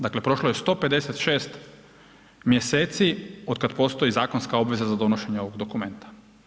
Dakle, prošlo je 156 mjeseci od kad postoji zakonska obveza za donošenje ovog dokumenta.